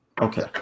Okay